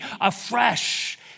afresh